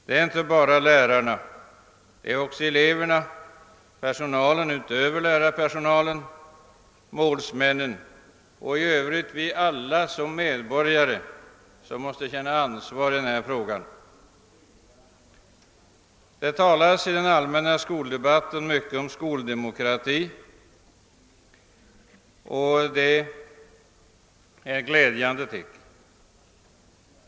Det är inte bara lärarna utan också eleverna, personalen utöver lärarpersonalen, målsmännen och i Övrigt vi alla som såsom medborgare måste känna ansvar i denna fråga. Det talas i den allmänna skoldebatten mycket om skoldemokrati, och det är ett glädjande tecken.